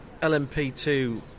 LMP2